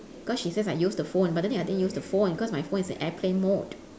cause she says I use the phone but then I didn't use the phone because my phone is in airplane mode